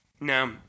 No